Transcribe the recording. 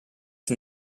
qui